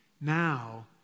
Now